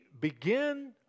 begin